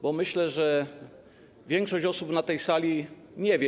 Bo myślę, że większość osób na tej sali nie wie.